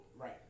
Right